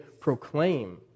proclaim